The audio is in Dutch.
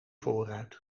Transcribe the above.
voorruit